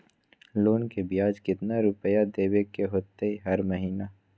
Loan के ब्याज कितना रुपैया देबे के होतइ हर महिना?